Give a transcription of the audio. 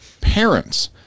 parents